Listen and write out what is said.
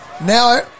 Now